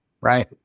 right